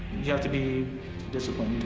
you have to be disciplined.